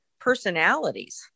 personalities